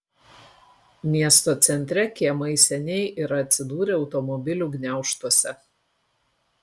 miesto centre kiemai seniai yra atsidūrę automobilių gniaužtuose